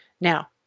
Now